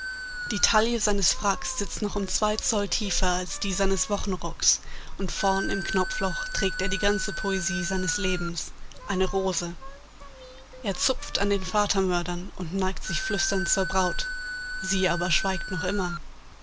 die taille seines fracks sitzt noch um zwei zoll tiefer als die seines wochenrocks und vorn im knopfloch trägt er die ganze poesie seines lebens eine rose er zupft an den vatermördern und neigt sich flüsternd zur braut sie aber schweigt noch immer